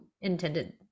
intended